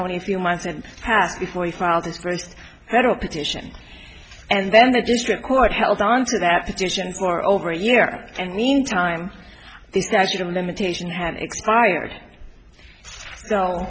only a few months and passed before he filed his first federal petition and then the district court held onto that petition for over a year and meantime the statute of limitation had expire